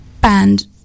band